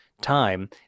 time